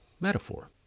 metaphor